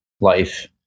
life